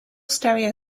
stereo